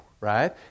Right